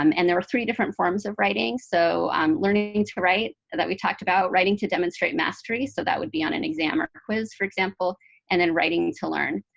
um and there were three different forms of writing, so learning to write that we talked about writing to demonstrate mastery so that would be on an exam or quiz, for example and then writing to learn.